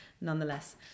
nonetheless